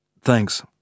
Thanks